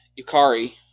Yukari